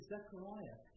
Zechariah